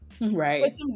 Right